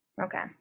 Okay